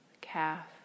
calf